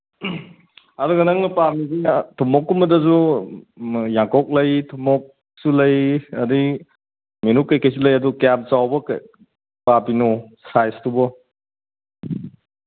ꯑꯗꯨꯒ ꯅꯪꯅ ꯄꯥꯝꯝꯤꯁꯤꯅ ꯊꯨꯝꯃꯣꯛꯀꯨꯝꯕꯗꯁꯨ ꯌꯥꯡꯀꯣꯛ ꯂꯩ ꯊꯨꯝꯃꯣꯛꯁꯨ ꯂꯩ ꯑꯗꯩ ꯃꯤꯔꯨꯛ ꯀꯩꯀꯩꯁꯨ ꯂꯩ ꯑꯗꯨ ꯀ꯭ꯌꯥꯝ ꯆꯥꯎꯕ ꯄꯥꯝꯃꯤꯅꯣ ꯁꯥꯏꯁꯇꯨꯕꯣ